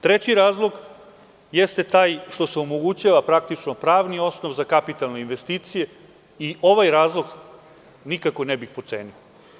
Treći razlog jeste taj što se omogućava praktično pravni osnov za kapitalne investicije i ovaj razlog nikako ne bih potcenio.